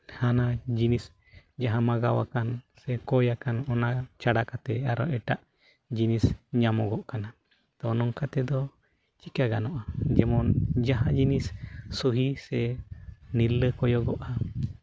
ᱴᱷᱟᱶᱱᱟ ᱡᱤᱱᱤᱥ ᱡᱟᱦᱟᱸ ᱢᱟᱸᱜᱟᱣ ᱟᱠᱟᱱ ᱥᱮ ᱠᱚᱭ ᱟᱠᱟᱱ ᱚᱱᱟ ᱪᱷᱟᱲᱟ ᱠᱟᱛᱮᱫ ᱟᱨᱚ ᱮᱴᱟᱜ ᱡᱤᱱᱤᱥ ᱧᱟᱢᱚᱜᱚᱜ ᱠᱟᱱᱟ ᱛᱳ ᱱᱚᱝᱠᱟ ᱛᱮᱫᱚ ᱪᱮᱠᱟ ᱜᱟᱱᱚᱜᱼᱟ ᱡᱮᱢᱚᱱ ᱡᱟᱦᱟᱸ ᱡᱤᱱᱤᱥ ᱥᱩᱦᱤ ᱥᱮ ᱱᱤᱨᱞᱟᱹ ᱠᱚᱭᱚᱜᱚᱜᱼᱟ